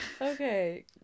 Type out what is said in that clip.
Okay